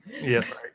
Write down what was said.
Yes